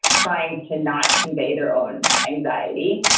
trying to not convey their own anxiety,